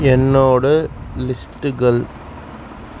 என்னோட லிஸ்ட்டுகள்